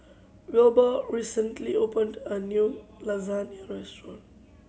Wilbur recently opened a new Lasagna Restaurant